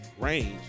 range